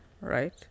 right